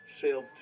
sailed